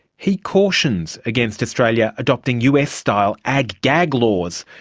he cautions against australia adopting us-style ag-gag laws,